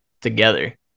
together